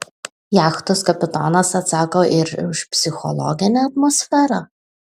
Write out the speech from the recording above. jachtos kapitonas atsako ir už psichologinę atmosferą